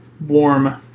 warm